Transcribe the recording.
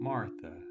Martha